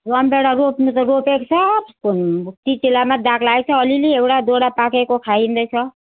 रमभेडा रोप्नु त रोपेको सब चिचिलामा दाग लागेको छ अलिअलि एउटा दुइटा पाकेको खाइँदैछ